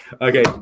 Okay